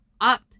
up